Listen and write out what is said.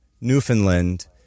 Newfoundland